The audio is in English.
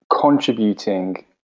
contributing